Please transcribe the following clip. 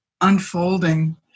unfolding